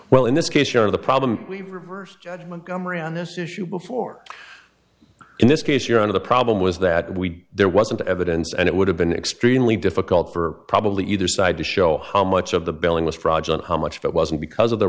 well in this case you're the problem we reversed judgement gomery on this issue before in this case you're out of the problem was that we there wasn't evidence and it would have been extremely difficult for probably either side to show how much of the billing was fraudulent how much of it wasn't because of the